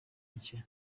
nshya